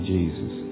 Jesus